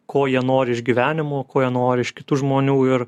ko jie nori iš gyvenimo ko jie nori iš kitų žmonių ir